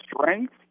strength